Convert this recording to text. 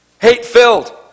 Hate-filled